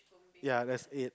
ya that's it